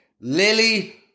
lily